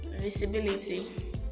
visibility